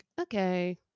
Okay